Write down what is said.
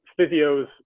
physios